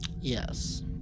yes